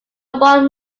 want